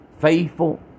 faithful